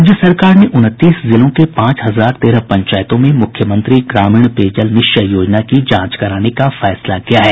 राज्य सरकार ने उनतीस जिलों के पांच हजार तेरह पंचायतों में मुख्यमंत्री ग्रामीण पेयजल निश्चय योजना की जांच कराने का फैसला किया है